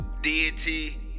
deity